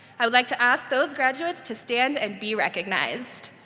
i would like to ask those graduates to stand and be recognized.